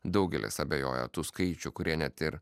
daugelis abejoja tų skaičių kurie net ir